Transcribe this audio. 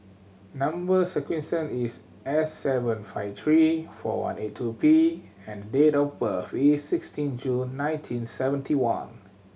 number sequence is S seven five three four one eight two P and date of birth is sixteen June nineteen seventy one